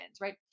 right